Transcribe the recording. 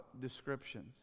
descriptions